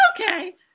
okay